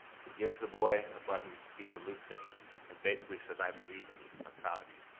he gives the boy a button. he salutes him and basically says, i believe in you, i'm proud of you.